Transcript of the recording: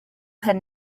had